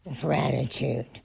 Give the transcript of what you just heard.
gratitude